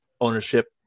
ownership